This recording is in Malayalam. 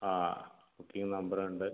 ആ ബുക്കിംഗ് നമ്പർ ഉണ്ട്